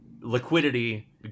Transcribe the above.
liquidity